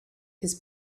his